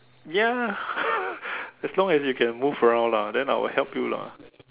ya as long as you can move around lah then I will help you lah